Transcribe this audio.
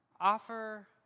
offer